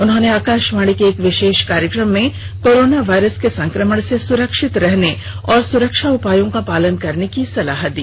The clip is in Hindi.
उन्होंने आकाशवाणी के एक विशेष कार्यक्रम में कोरोना वायरस के संक्रमण से सुरक्षित रहने और सुरक्षा उपायों का पालन करने की सलाह दी